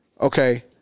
Okay